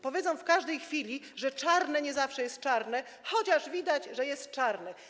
Powiedzą w każdej chwili, że czarne nie zawsze jest czarne, chociaż widać, że jest czarne.